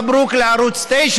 מברוכ לערוץ 9,